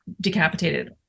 decapitated